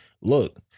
look